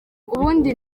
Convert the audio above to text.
ubundi